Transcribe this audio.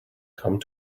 come